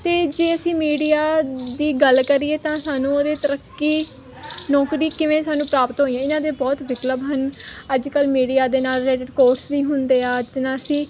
ਅਤੇ ਜੇ ਅਸੀਂ ਮੀਡੀਆ ਦੀ ਗੱਲ ਕਰੀਏ ਤਾਂ ਸਾਨੂੰ ਉਹਦੇ ਤਰੱਕੀ ਨੌਕਰੀ ਕਿਵੇਂ ਸਾਨੂੰ ਪ੍ਰਾਪਤ ਹੋਈ ਏ ਇਹਨਾਂ ਦੇ ਬਹੁਤ ਵਿਕਲਪ ਹਨ ਅੱਜ ਕੱਲ੍ਹ ਮੀਡੀਆ ਦੇ ਨਾਲ ਅੱਡ ਅੱਡ ਕੋਰਸ ਵੀ ਹੁੰਦੇ ਆ ਜਿਸ ਨਾਲ ਅਸੀਂ